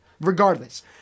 Regardless